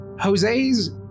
Jose's